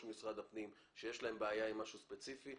משרד הפנים שיש לו בעיה עם משהו ספציפי,